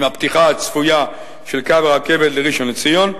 עם הפתיחה הצפויה של קו הרכבת לראשון-לציון,